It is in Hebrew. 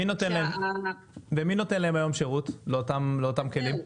ומי נותן היום שירות לאותם כלים?